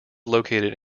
located